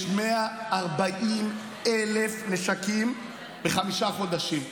יש 140,000 נשקים בחמישה חודשים.